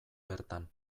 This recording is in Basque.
bertan